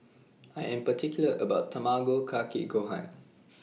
I Am particular about My Tamago Kake Gohan